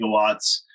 gigawatts